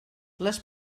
les